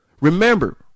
Remember